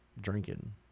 drinking